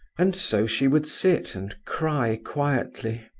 and so she would sit and cry quietly.